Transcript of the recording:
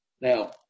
Now